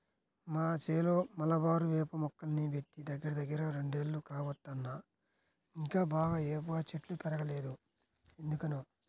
మా చేలో మలబారు వేప మొక్కల్ని బెట్టి దగ్గరదగ్గర రెండేళ్లు కావత్తన్నా ఇంకా బాగా ఏపుగా చెట్లు బెరగలేదు ఎందుకనో